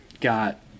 got